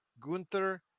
Gunther